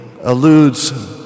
alludes